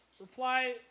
reply